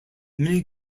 many